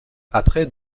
après